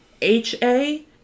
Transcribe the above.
HA